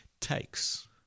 takes